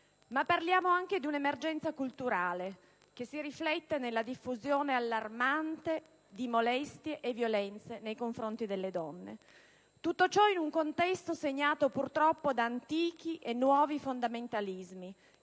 Parliamo però anche di un'emergenza culturale, che si riflette nella diffusione allarmante di molestie e violenze nei confronti delle donne, tutto ciò in un contesto segnato purtroppo da antichi e nuovi fondamentalismi,